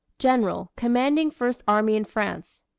general, commanding first army in france.